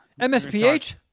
MSPH